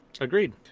Agreed